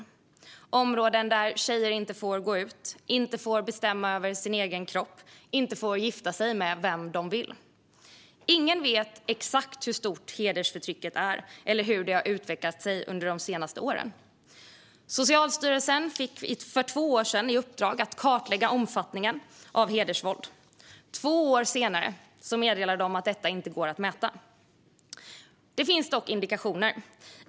Det handlar om områden där tjejer inte får gå ut, inte får bestämma över sin egen kropp eller inte får gifta sig med vem de vill. Ingen vet exakt hur stort hedersförtrycket är eller hur det har utvecklats under de senaste åren. Socialstyrelsen fick för två år sedan i uppdrag att kartlägga omfattningen av hedersvåld. Två år senare meddelar de att detta inte går att mäta. Det finns dock indikationer.